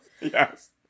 Yes